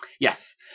Yes